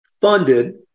funded